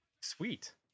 sweet